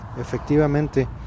efectivamente